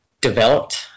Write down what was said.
developed